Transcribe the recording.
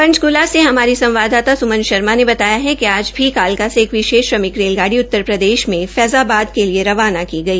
पंचकूला से हमारी संवाददाता सुमन शर्मा ने बताया हाकि आज भी कालका से विशेष श्रमिक रेलगाड़ी उत्तरप्रदेश में फ़्ज़ाबाद के लिए रवाना की गई